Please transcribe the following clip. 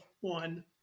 one